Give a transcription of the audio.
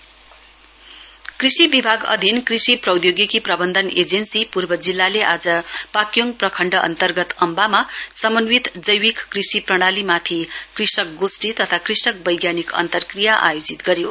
Pakyong ATSA कृषि विभाग अधिन कृषि प्रौधोगिकी प्रवन्धन एजेन्सी पूर्व जिल्लाले आज पाक्योङ प्रखण्ड अन्तर्गत अम्वामा समन्वित जैविक कृषि प्रणालीमाथि कृषक गोष्ठी तथा कृषक वैज्ञानिक अन्तक्रिया आयोजित गर्यो